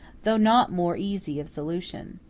though not more easy of solution.